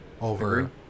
over